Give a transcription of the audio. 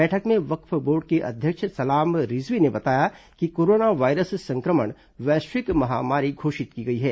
बैठक में वक्फ बोर्ड के अध्यक्ष सलाम रिजवी ने बताया कि कोरोना वायरस संक्रमण को वैश्विक महामारी घोषित की गई है